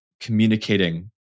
communicating